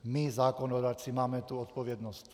My zákonodárci máme tu odpovědnost.